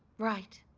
right.